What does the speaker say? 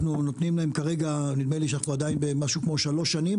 אנחנו מוכרחים לייצר מצב של יציבות.